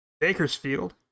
Bakersfield